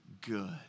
good